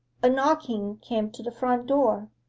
a knocking came to the front door.